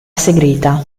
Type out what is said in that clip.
segreta